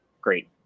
great